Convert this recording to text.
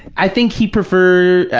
i think he prefer,